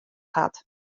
hat